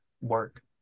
work